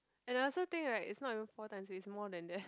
and I also think right it's not even four times it's more than that